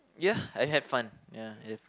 ya I had fun ya I had fun